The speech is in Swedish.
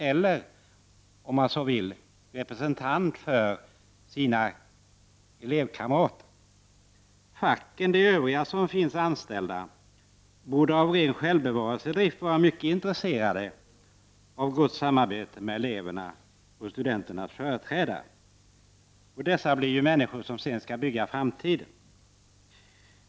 Skyddsombudet är representant för sina elevkamrater. De övriga anställdas fack borde av ren självbevarelsedrift vara mycket intresserade av ett gott samarbete med elevernas och studenternas företrädare. Det är ju dessa som skall bygga framtiden.